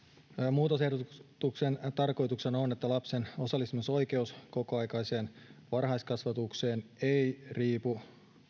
muutosehdotuksen tarkoituksena on että lapsen osallistumisoikeus kokoaikaiseen varhaiskasvatukseen ei riipu